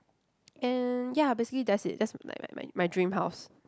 and ya basically that's it that's like my my my dream house